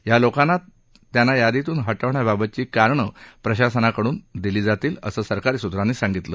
या लोकांना त्यांना यादीतून हटवण्याबाबतची कारणं प्रशासनाकडून देण्यात येतील असं सरकारी सूत्रांनी सांगितलं